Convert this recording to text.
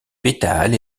pétales